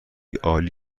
عالی